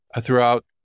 throughout